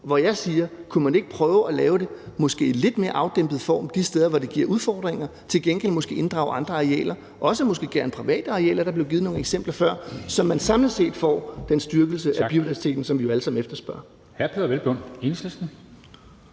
Så jeg spørger: Kunne man ikke prøve at lave det i en måske lidt mere afdæmpet form de steder, hvor det giver udfordringer, og til gengæld måske inddrage andre arealer, måske også gerne private arealer – der blev givet nogle eksempler før – så man samlet set får den styrkelse af biodiversiteten, som vi jo alle sammen efterspørger?